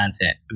content